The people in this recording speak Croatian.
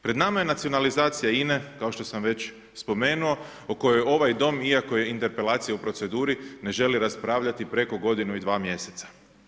Pred nama je nacionalizacija INA-e, kao što sam već spomenuo, o kojoj ovaj dom iako je interpelacija u proceduri, ne želi raspravljati preko godinu i 2 mjeseca.